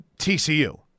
TCU